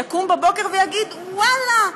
שיקום בבוקר ויגיד: ואללה,